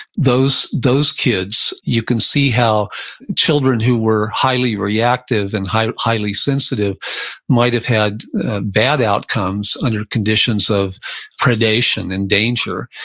those those kids, you can see how children who were highly reactive and highly highly sensitive might've had bad outcomes under conditions of predation and danger.